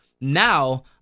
now